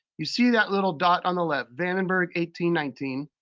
you see that little dot on the left, vandenberg eighteen nineteen,